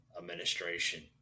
administration